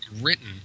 written